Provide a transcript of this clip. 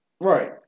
right